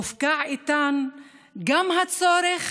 הופקעו איתן גם הצורך